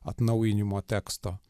atnaujinimo teksto